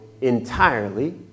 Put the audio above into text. entirely